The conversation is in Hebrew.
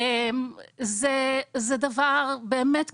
זה דבר באמת קשה.